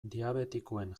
diabetikoen